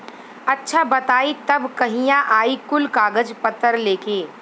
अच्छा बताई तब कहिया आई कुल कागज पतर लेके?